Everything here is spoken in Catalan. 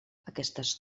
aquestes